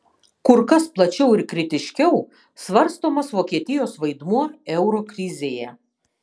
kur kas plačiau ir kritiškiau svarstomas vokietijos vaidmuo euro krizėje